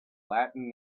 latin